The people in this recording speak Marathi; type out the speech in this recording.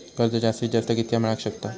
कर्ज जास्तीत जास्त कितक्या मेळाक शकता?